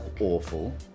Awful